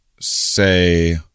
say